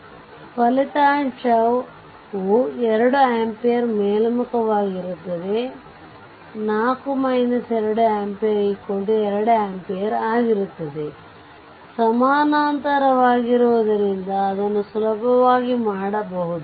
ಆದ್ದರಿಂದ ಫಲಿತಾಂಶವು 2 ಆಂಪಿಯರ್ ಮೇಲ್ಮುಖವಾಗಿರುತ್ತದೆ ಅದು 4 2 ಆಂಪಿಯರ್ 2ampere ಆಗಿರುತ್ತದೆ ಸಮಾನಾಂತರವಾಗಿರುವುದರಿಂದ ಅದನ್ನು ಸುಲಭವಾಗಿ ಮಾಡಬಹುದು